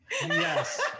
yes